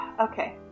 Okay